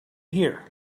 here